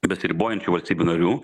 besiribojančių valstybių narių